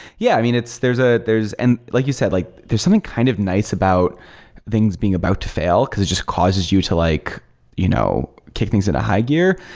yeah, i mean there's ah there's and like you said, like there's something kind of nice about things being about to fail, because it just causes you to like you know kick things in a high gear.